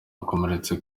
bakomeretse